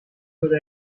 würde